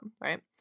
right